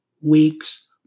weeks